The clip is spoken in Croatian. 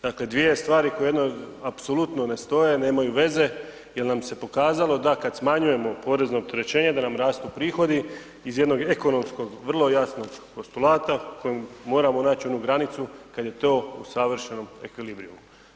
Dakle, dvije stvari koje jedno apsolutno ne stoje, nemaju veze jer nam se pokazalo da kad smanjujemo porezno opterećenje da nam rastu prihodi iz jednog ekonomskog vrlo jasnog postulata kojem moramo naći jednu granicu kad je to u savršenom ekvilibrijumu.